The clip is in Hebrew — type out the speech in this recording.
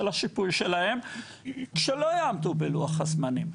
של השיפוי שלהם כשלא יעמדו בלוח הזמנים.